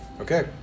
Okay